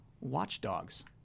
Watchdogs